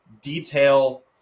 detail